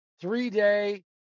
three-day